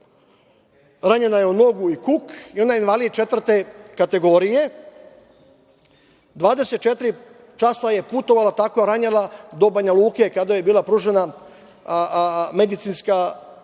ranjena je u nogu i kuk i ona je invalid četvrte kategorije, 24 časa je putovala tako ranjena do Banjaluke kada je bila pružena medicinska